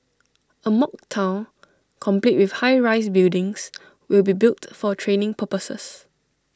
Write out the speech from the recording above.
A mock Town complete with high rise buildings will be built for training purposes